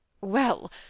Well